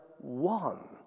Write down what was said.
one